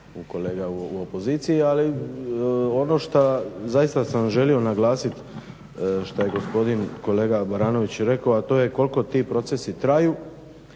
kolega u opoziciji ali ono šta zaista sam želio naglasiti šta je gospodin kolega Baranović rekao a to je koliko ti procesi traju